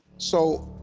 so,